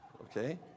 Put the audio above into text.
Okay